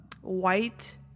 white